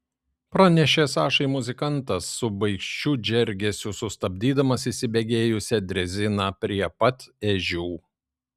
pranešė sašai muzikantas su baikščių džeržgesiu sustabdydamas įsibėgėjusią dreziną prie pat ežių